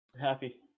Happy